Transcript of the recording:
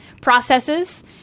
processes